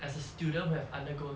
as a student who have undergone